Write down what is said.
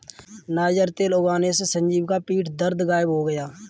niger तेल लगाने से संजीव का पीठ दर्द गायब हो गया